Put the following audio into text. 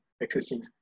existing